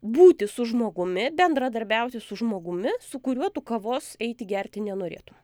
būti su žmogumi bendradarbiauti su žmogumi su kuriuo tu kavos eiti gerti nenorėtum